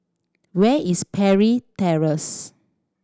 where is Parry Terrace